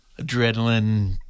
adrenaline